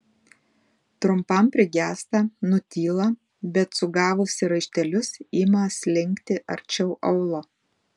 trumpam prigęsta nutyla bet sugavusi raištelius ima slinkti arčiau aulo